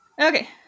Okay